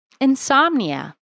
insomnia